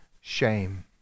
shame